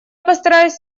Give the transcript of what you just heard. постараюсь